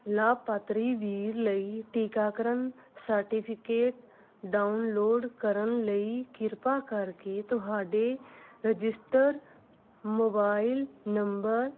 ਲਾਭਪਾਤਰੀ ਵੀਰ ਲਈ ਟੀਕਾਕਰਨ ਸਰਟੀਫਿਕੇਟ ਡਾਊਨਲੋਡ ਕਰਨ ਲਈ ਕਿਰਪਾ ਕਰਕੇ ਤੁਹਾਡੇ ਰਜਿਸਟਰਡ ਮੋਬਾਈਲ ਨੰਬਰ